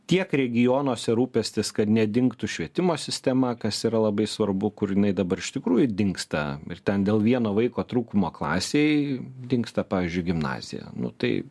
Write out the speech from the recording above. tiek regionuose rūpestis kad nedingtų švietimo sistema kas yra labai svarbu kur jinai dabar iš tikrųjų dingsta ir ten dėl vieno vaiko trūkumo klasėj dingsta pavyzdžiui gimnazija nu tai